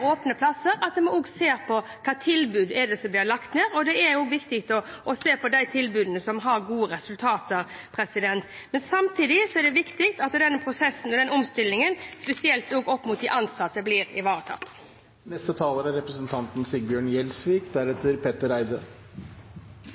åpne plassene. Men jeg er også veldig tydelig overfor justisministeren om at når vi nå skal legge ned åpne plasser, må vi også se på hvilke tilbud som blir lagt ned, og det er viktig å se på de tilbudene som har gode resultater. Men samtidig er det viktig at de ansatte blir